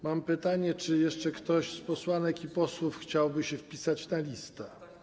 Mam pytanie: Czy jeszcze ktoś z posłanek i posłów chciałby się dopisać do listy?